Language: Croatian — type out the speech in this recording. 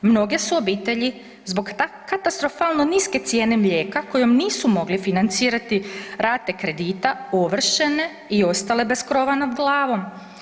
Mnoge su obitelji zbog katastrofalno niske cijene mlijeka kojom nisu mogli financirati rate kredita ovršene i ostale bez krova nad glavom.